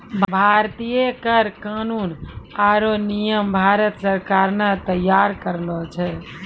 भारतीय कर कानून आरो नियम भारत सरकार ने तैयार करलो छै